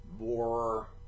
more